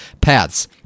paths